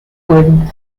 quine